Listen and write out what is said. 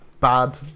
bad